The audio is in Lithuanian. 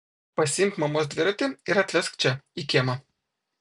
pasiimk mamos dviratį ir atvesk čia į kiemą